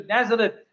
Nazareth